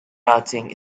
routing